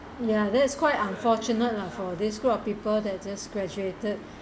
ya that is quite unfortunate lah for this group of people that just graduated